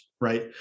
right